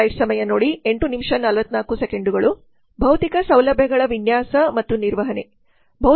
ಭೌತಿಕ ಸೌಲಭ್ಯಗಳ ವಿನ್ಯಾಸ ಮತ್ತು ನಿರ್ವಹಣೆ